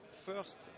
First